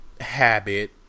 habit